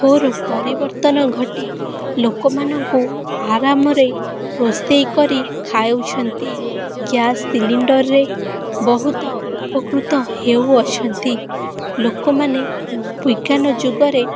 ଘୋର ପରିବର୍ତ୍ତନ ଘଟି ଲୋକମାନଙ୍କୁ ଆରାମରେ ରୋଷେଇ କରି ଖାଉଛନ୍ତି ଗ୍ୟାସ୍ ସିଲିଣ୍ଡର୍ରେ ବହୁତ ଉପକୃତ ହେଉଅଛନ୍ତି ଲୋକମାନେ ବିଜ୍ଞାନ ଯୁଗରେ